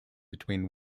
between